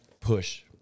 push